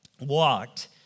walked